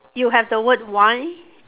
you have the word wine